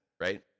right